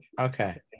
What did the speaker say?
Okay